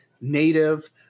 native